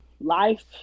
Life